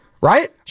right